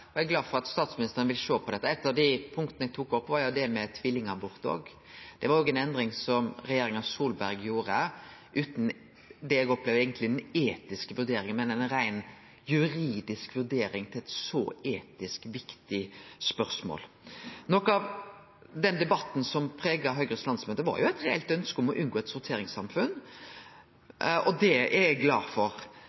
og er glad for at statsministeren vil sjå på dette. Eit av dei punkta eg tok opp, var jo tvillingabortar. Det var òg ei endring som regjeringa Solberg gjorde utan det eg opplevde som ei etisk vurdering, men ei reint juridisk vurdering av eit så etisk viktig spørsmål. Noko av debatten som prega Høgres landsmøte, var eit reelt ønske om å unngå eit sorteringssamfunn,